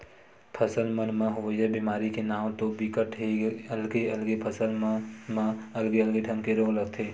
फसल मन म होवइया बेमारी के नांव तो बिकट के हे अलगे अलगे फसल मन म अलगे अलगे ढंग के रोग लगथे